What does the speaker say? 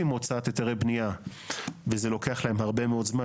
מהוצאת היתרי בנייה וזה לוקח להם הרבה מאוד זמן,